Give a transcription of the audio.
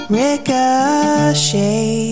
ricochet